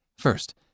First